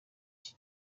iki